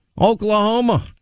Oklahoma